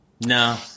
no